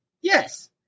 Yes